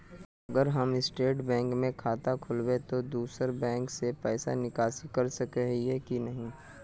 अगर हम स्टेट बैंक में खाता खोलबे तो हम दोसर बैंक से पैसा निकासी कर सके ही की नहीं?